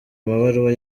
amabaruwa